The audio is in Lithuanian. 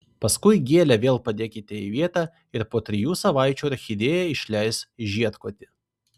paskui gėlę vėl padėkite į vietą ir po trijų savaičių orchidėja išleis žiedkotį